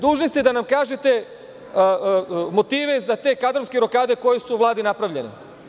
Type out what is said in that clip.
Dužni ste da nam kažete motive za te kadrovske rokade koje su u Vladi napravljene.